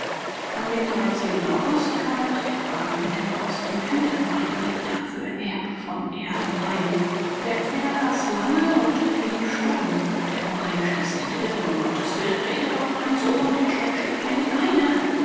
an dem august kam ein treckwagen mit der post und wieder war ein brief da für erb von eibenheim der empfänger las lange und blieb stumm der oheim stieß ihn in die rippen um gottes willen rede doch mein sohn der schreck schlägt mir in die beine